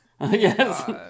Yes